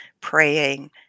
praying